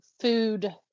food